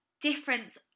difference